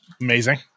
Amazing